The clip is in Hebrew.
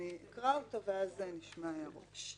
אני אקרא אותו ואז נשמע הערות.